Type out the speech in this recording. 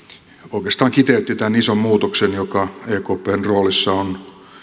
oikeastaan kiteytti tämän ison muutoksen joka ekpn roolissa on